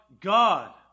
God